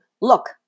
Look